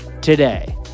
today